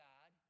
God